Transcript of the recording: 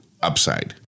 upside